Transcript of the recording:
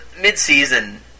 mid-season